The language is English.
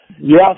Yes